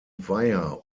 weiher